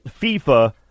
FIFA